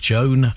Joan